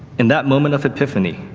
in that moment of epiphany,